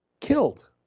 Killed